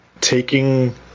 taking